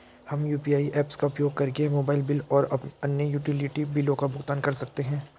हम UPI apps का उपयोग करके मोबाइल बिल और अन्य यूटिलिटी बिलों का भुगतान कर सकते हैं